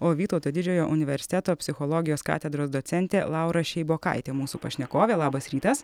o vytauto didžiojo universiteto psichologijos katedros docentė laura šeibokaitė mūsų pašnekovė labas rytas